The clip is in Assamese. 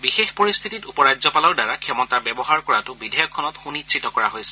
বিশেষ পৰিস্থিতিত উপ ৰাজ্যপালৰ দ্বাৰা ক্ষমতাৰ ব্যৱহাৰ কৰাটো বিধেয়কখনত সুনিশ্চিত কৰা হৈছে